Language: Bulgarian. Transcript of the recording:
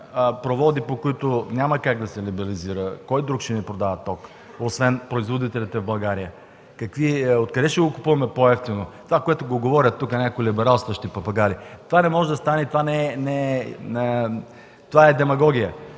проводи. Няма как да се либерализира. Кой друг ще ни продава ток, освен производителите в България?! Откъде ще го купуваме по-евтино – това, което говорят тук някои либералстващи папагали, не може да стане. Това е демагогия!